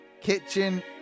kitchen